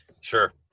Sure